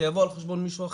זה יבוא על חשבון מישהו אחר.